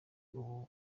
ubu